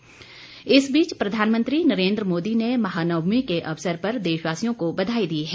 प्रधानमंत्री इस बीच प्रधानमंत्री नरेन्द्र मोदी ने महानवमी के अवसर पर देशवासियों को बधाई दी है